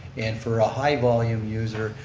and for a high volume user,